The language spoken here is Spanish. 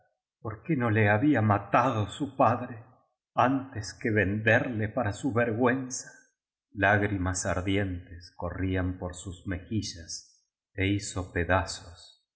por qué no le había matado su padre antes que venderle para su vergüenza lá grimas ardientes corrían por sus mejillas ó hizo pedazos